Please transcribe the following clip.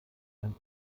ein